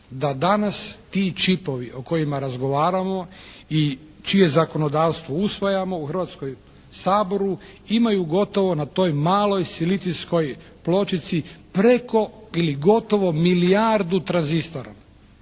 da danas ti čipovima o kojima danas razgovaramo i čije zakonodavstvo usvajamo u Hrvatskom saboru imaju gotovo na toj maloj silicijskoj pločici preko ili gotovo milijardu tranzistora.